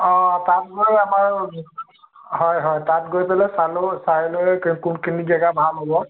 অঁ তাত বাৰু আমাৰ হয় হয় তাত গৈ পেলাই চালে চাই লৈ কোনখিনি জেগা ভাল হ'ব